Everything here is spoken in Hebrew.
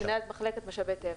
מנהלת משאבי טבע.